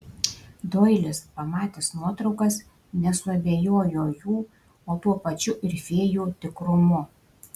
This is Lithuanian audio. doilis pamatęs nuotraukas nesuabejojo jų o tuo pačiu ir fėjų tikrumu